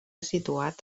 situat